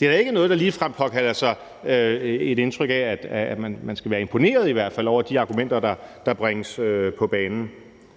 Det er da i hvert fald ikke noget, der ligefrem påkalder sig et indtryk af, at man skal være imponeret over de argumenter, der bringes på banen.